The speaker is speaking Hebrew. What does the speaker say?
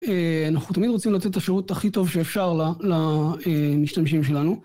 אנחנו תמיד רוצים לתת את השירות הכי טוב שאפשר למשתמשים שלנו.